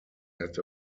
had